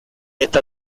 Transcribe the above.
está